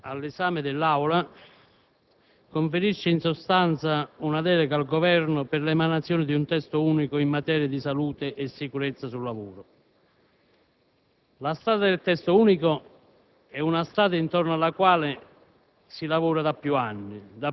il disegno di legge all'esame dell'Aula conferisce, in sostanza, una delega al Governo per l'emanazione di un testo unico in materia di salute e sicurezza sul lavoro.